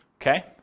okay